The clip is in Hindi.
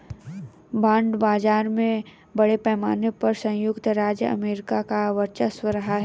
बॉन्ड बाजार में बड़े पैमाने पर सयुक्त राज्य अमेरिका का वर्चस्व रहा है